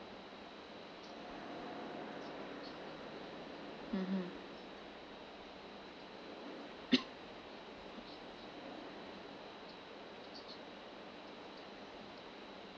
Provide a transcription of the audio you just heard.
mmhmm